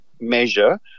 measure